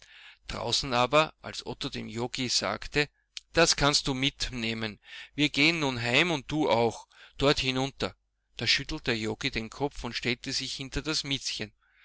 draußen aber als otto dem joggi sagte das kannst du mitnehmen wir gehen nun heim und du auch dort hinunter da schüttelte joggi den kopf und stellte sich hinter das miezchen